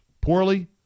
poorly